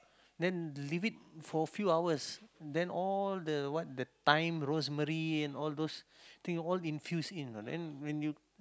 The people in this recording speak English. then leave it for a few hours then all the what the thyme rosemary and all those thing all infused in uh then when you